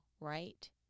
right